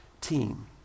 team